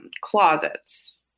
closets